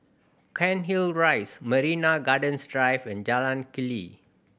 Cairnhill Rise Marina Gardens Drive and Jalan Keli